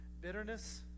Bitterness